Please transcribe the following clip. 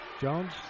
Jones